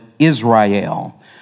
Israel